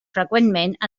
freqüentment